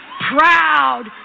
proud